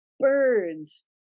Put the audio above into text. birds